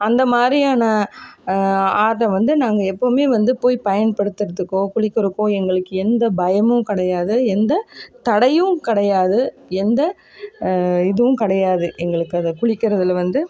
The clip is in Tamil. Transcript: அந்த மாதிரியான அது வந்து நாங்கள் எப்பவும் வந்து போய் பயன்படுத்துறதுக்கோ குளிக்கிறதுக்கோ எங்களுக்கு எந்த பயமும் கிடையாது எந்த தடையும் கிடையாது எந்த இதுவும் கிடையாது எங்களுக்கு அதை குளிக்கிறதில் வந்து